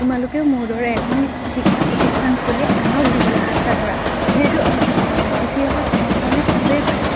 তোমালোকেও মোৰ দৰে এখন শিক্ষা প্ৰতিষ্ঠান খুলি আনক দিবলৈ চেষ্টা কৰা যিহেতু উঠি অহা চামৰ কাৰণে খুবেই ভাল